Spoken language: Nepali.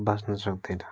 बाँच्नु सक्दैन